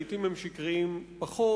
לעתים הם שקריים פחות,